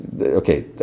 okay